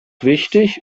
wichtig